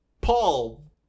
paul